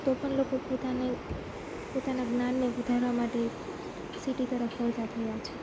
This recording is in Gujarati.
તો પણ લોકો પોતાને પોતાના જ્ઞાનને વધારવા માટે સિટી તરફ વળતાં થયા છે